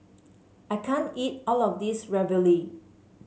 I can't eat all of this Ravioli